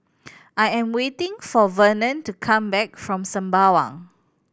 I am waiting for Vernon to come back from Sembawang